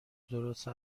درست